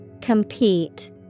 Compete